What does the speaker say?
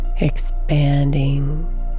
expanding